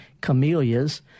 camellias